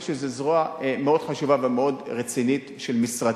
זה זרוע מאוד חשובה ומאוד רצינית של משרדי.